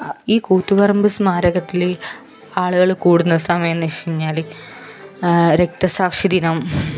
ഈ കൂത്തുപറമ്പ് സ്മാരകത്തിൽ ആളുകൾ കൂടുന്ന സമയമെന്ന് വച്ച് കഴിഞ്ഞാൽ രക്തസാക്ഷി ദിനം